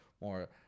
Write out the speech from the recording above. more